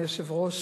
אדוני היושב-ראש,